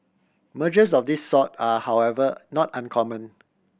mergers of this sort are however not uncommon